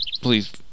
Please